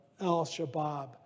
Al-Shabaab